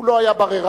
הוא לא היה בררן,